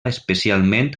especialment